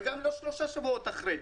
וגם לא שלושה שבועות אחרי.